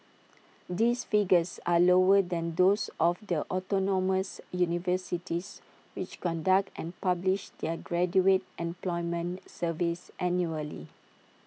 these figures are lower than those of the autonomous universities which conduct and publish their graduate employment surveys annually